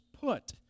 put